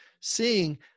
seeing